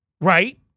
Right